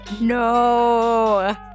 no